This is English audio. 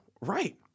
right